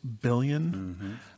billion